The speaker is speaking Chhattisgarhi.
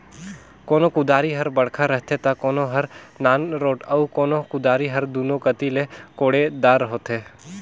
कोनो कुदारी हर बड़खा रहथे ता कोनो हर नानरोट अउ कोनो कुदारी हर दुनो कती ले कोड़े दार होथे